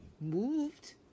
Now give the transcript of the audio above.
moved